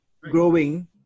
growing